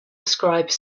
ascribe